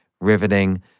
riveting